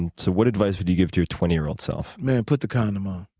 and so what advice would you give to your twenty year old self? man, put the condom ah